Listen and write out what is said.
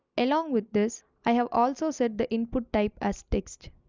along with this, i have also said the input type as text.